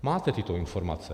Máte tyto informace.